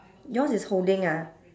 yours is holding ah